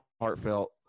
heartfelt